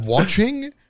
Watching